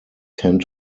tend